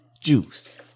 juice